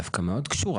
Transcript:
דווקא מאוד קשורה.